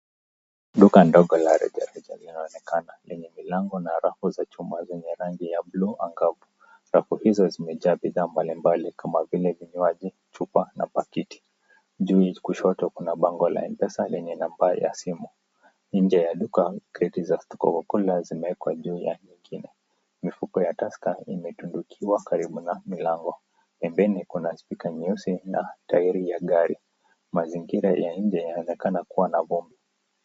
Duka ndogo la rejareja linaonekana lenye milango na rafu za chuma zenye rangi ya blue angavu. Rafu hizo zimejaa bidhaa mbalimbali kama vile vinywaji, chupa na pakiti. Juu kushoto kuna bango la M-pesa lenye namba ya simu. Nje ya duka kreti za Coca-Cola zimewekwa juu ya nyingine. Mifuko ya Tusker imetundukiwa karibu na milango. Pembeni kuna spika nyeusi na tairi ya gari. Mazingira ya nje yanaonekana kuwa na vumbi.